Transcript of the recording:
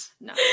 no